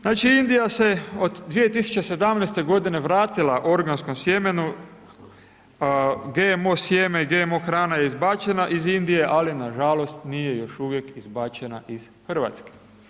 Znači Indija se od 2017. godine vratila organskom sjemenu, GMO sjeme, GMO hrana je izbačena iz Indije, ali nažalost, nije još uvijek izbačena iz Hrvatske.